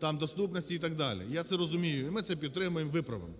там доступності і так далі, я це розумію і ми це підтримаємо, виправимо.